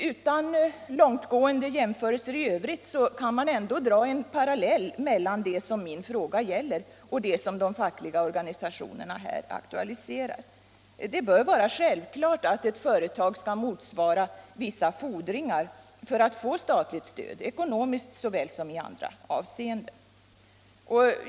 Utan långtgående jämförelser i övrigt kan man ändå dra en parallell mellan det som min fråga gäller och det som de fackliga organisationerna här aktualiserar. Det bör vara självklart att företag skall motsvara vissa fordringar för att få statligt stöd, ekonomiskt såväl som i andra avseenden.